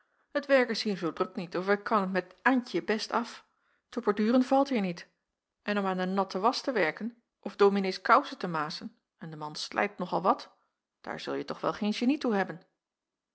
het werk is hier zoo druk niet of ik kan het met antje best af te borduren valt hier niet en om aan de natte wasch te werken of dominees kousen te mazen en de man slijt nog al wat daar zulje toch wel geen genie toe hebben